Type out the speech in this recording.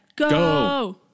Go